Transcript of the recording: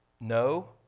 no